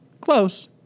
Close